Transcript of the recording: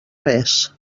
res